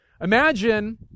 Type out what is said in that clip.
Imagine